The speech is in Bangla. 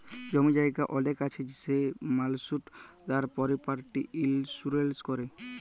জমি জায়গা অলেক আছে সে মালুসট তার পরপার্টি ইলসুরেলস ক্যরে